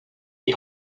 die